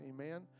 Amen